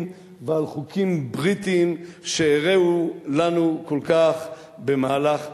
ועל חוקים בריטיים שהרעו לנו כל כך במהלך חיינו.